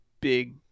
big